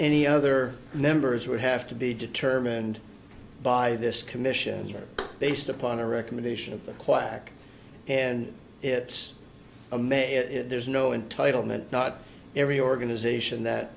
any other numbers would have to be determined by this commission based upon a recommendation of the quack and it's a may there's no entitle that not every organization that